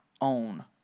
own